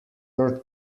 your